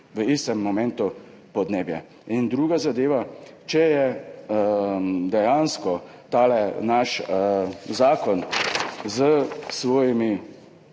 v istem momentu zaščitili podnebje. Druga zadeva, če je dejansko tale naš zakon s svojimi